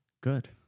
Good